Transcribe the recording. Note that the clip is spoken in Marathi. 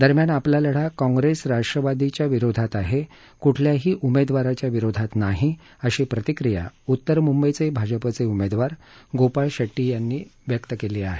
दरम्यान आपला लढा कॉंप्रेस राष्ट्रवादी विरोधात आहे कुठल्याही उमेदवाराविरोधात नाही अशी प्रतिक्रिया उत्तर मुंबईचे भाजपचे उमेदवार गोपाळ शेट्टी यांनी दिली आहे